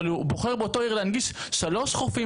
אבל הוא בוחר באותה עיר להנגיש שלושה חופים